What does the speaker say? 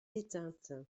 éteintes